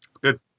good